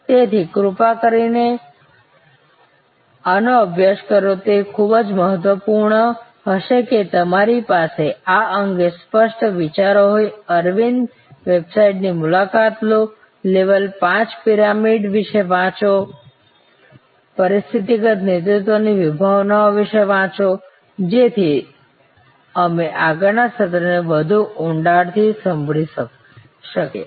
તેથી કૃપા કરીને આનો અભ્યાસ કરો તે ખૂબ જ મહત્વપૂર્ણ હશે કે તમારી પાસે આ અંગે સ્પષ્ટ વિચારો હોય અરવિંદ વેબસાઇટની મુલાકાત લો લેવલ 5 લીડરશીપ વિશે વાંચો પરિસ્થિતિગત નેતૃત્વ ની વિભાવના વિશે વાંચો જેથી અમે આગળના સત્રને વધુ ઊંડાણથી સંભાળી શકીએ